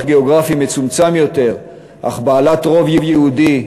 גיאוגרפי מצומצם יותר אך בעלת רוב יהודי,